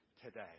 today